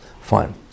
Fine